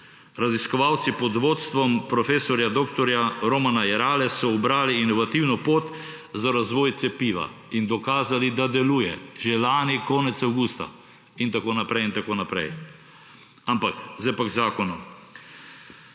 Raziskovalci pod vodstvo prof. dr. Ronama Jerale so ubrali inovativno pot za razvoj cepiva in dokazali, da deluje. Že lani konec avgusta in tako naprej. Sedaj pa k zakonu.